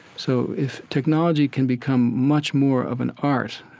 so if technology can become much more of an art